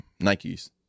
Nikes